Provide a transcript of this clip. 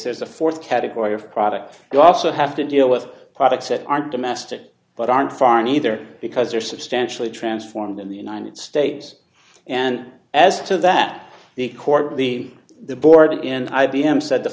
there's a th category of products you also have to deal with products that aren't domestic but aren't foreign either because they are substantially transformed in the united states and as to that the court the the board in i b m said the